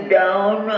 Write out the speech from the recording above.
down